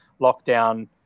lockdown